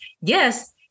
Yes